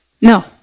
No